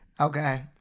Okay